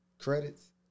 credits